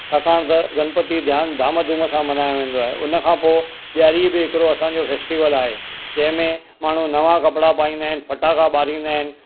छाकाणि त गनपति जाम धाम धूम मल्हायो वेंदो आहे उन खां पोइ ॾियारी बि हिकिड़ो असांजो फैस्टिवल आहे जंहिंमें माण्हू नवा कपिड़ा पाईंदा आहिनि फटाका ॿारींदा आहिनि